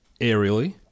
aerially